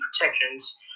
protections